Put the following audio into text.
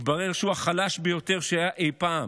מתברר שהוא החלש ביותר שהיה אי פעם,